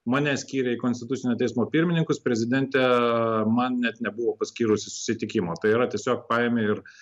mane skyrė į konstitucinio teismo pirmininkus prezidentę man net nebuvo paskyrusi susitikimo tai yra tiesiog paėmė ir